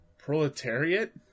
Proletariat